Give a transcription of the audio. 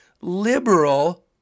liberal